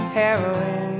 heroin